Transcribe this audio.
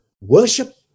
worship